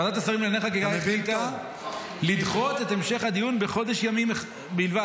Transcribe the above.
ועדת השרים לענייני חקיקה החליטה לדחות את המשך הדיון בחודש ימים בלבד.